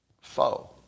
foe